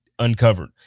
uncovered